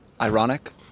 ironic